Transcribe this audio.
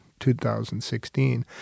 2016